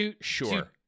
sure